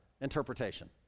interpretation